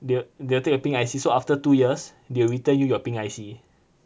they'll they'll take a pink I_C so after two years they'll return you your pink I_C